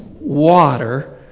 water